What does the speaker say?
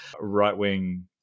right-wing